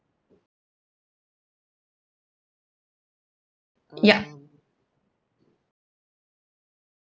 yup